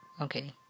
okay